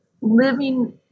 living